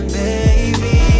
baby